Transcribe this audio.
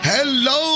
Hello